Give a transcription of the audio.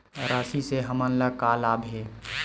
राशि से हमन ला का लाभ हे?